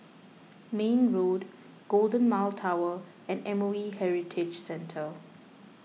Mayne Road Golden Mile Tower and M O E Heritage Centre